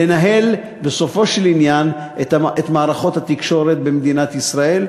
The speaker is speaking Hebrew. לנהל בסופו של עניין את מערכות התקשורת במדינת ישראל.